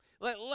Let